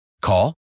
Call